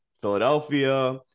Philadelphia